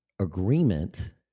agreement